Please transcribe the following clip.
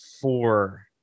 four